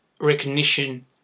recognition